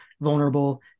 vulnerable